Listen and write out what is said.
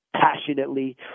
passionately